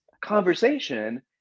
conversation